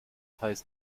heißt